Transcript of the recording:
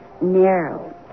narrow